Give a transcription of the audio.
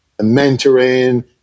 mentoring